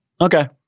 Okay